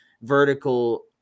vertical